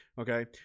okay